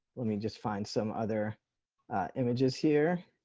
let me just find some other images here.